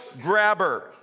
grabber